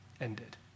ended